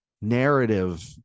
narrative